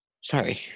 Sorry